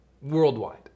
worldwide